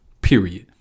Period